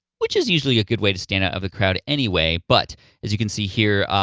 which is usually a good way to stand out of the crowd anyway. but as you can see here,